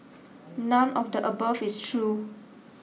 none of the above is true